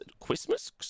Christmas